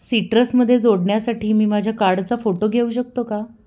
सिट्रसमध्ये जोडण्यासाठी मी माझ्या कार्डचा फोटो घेऊ शकतो का